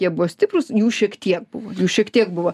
jie buvo stiprūs jų šiek tiek buvo jų šiek tiek buvo